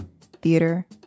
theater